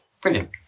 Brilliant